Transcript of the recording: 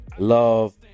love